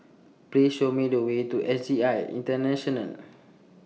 Please Show Me The Way to S J I International